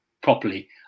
properly